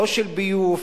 של ביוב,